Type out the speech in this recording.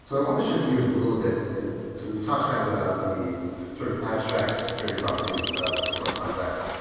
so i want to shift gears a little bit and and so we talked a kind of about the sort of abstract security properties of smart contracts.